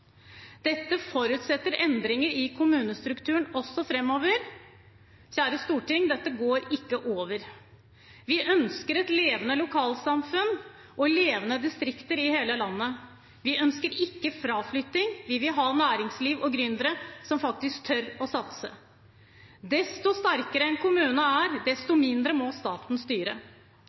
Dette forutsetter endringer i kommunestrukturen også framover. Kjære storting: Dette går ikke over. Vi ønsker levende lokalsamfunn og levende distrikter i hele landet. Vi ønsker ikke fraflytting, vi vil ha næringsliv og gründere som faktisk tør å satse. Desto sterkere en kommune er, desto mindre må staten styre.